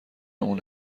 اون